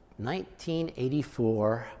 1984